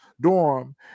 dorm